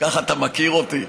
ככה אתה מכיר אותי?